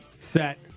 set